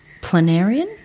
planarian